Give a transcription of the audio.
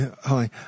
Hi